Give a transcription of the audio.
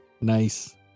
Nice